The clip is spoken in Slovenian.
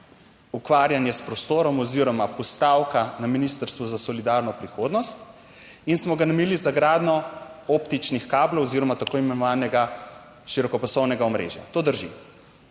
ukvarjanje s prostorom oziroma postavka na Ministrstvu za solidarno prihodnost in smo ga namenili za gradnjo optičnih kablov oziroma tako imenovanega širokopasovnega omrežja. To drži.